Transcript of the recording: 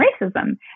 racism